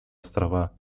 острова